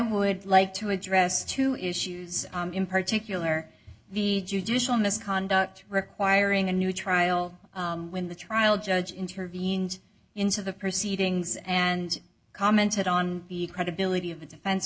would like to address two issues in particular the judicial misconduct requiring a new trial when the trial judge intervened into the proceedings and commented on the credibility of the defense